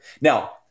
now